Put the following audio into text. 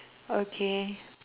okay